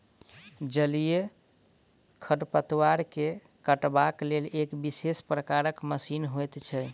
जलीय खढ़पतवार के काटबाक लेल एक विशेष प्रकारक मशीन होइत छै